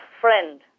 friend